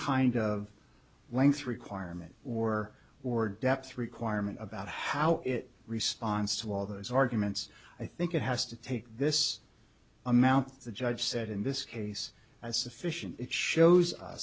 kind of length requirement or or depth requirement about how it responds to all those arguments i think it has to take this amount the judge said in this case i sufficient it shows u